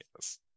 yes